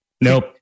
Nope